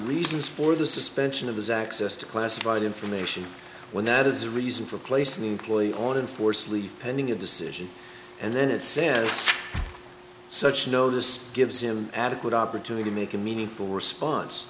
reasons for the suspension of his access to classified information when that is reason for placing the employee on in force leave pending a decision and then it says such notice gives him adequate opportunity to make a meaningful response